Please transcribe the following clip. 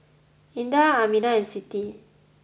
Indah Aminah and Siti